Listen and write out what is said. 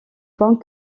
point